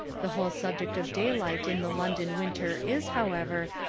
the whole subject of daylight in the london winter is, however,